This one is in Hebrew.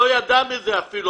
לא ידע על זה אפילו.